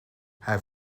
hij